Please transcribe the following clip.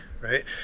right